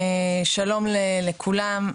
שלום לכולם,